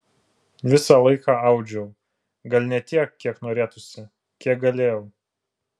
visą laiką audžiau gal ne tiek kiek norėtųsi kiek galėjau